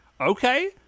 Okay